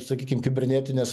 sakykim kibernetinės